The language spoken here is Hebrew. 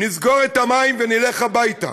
נסגור את המים ונלך הביתה.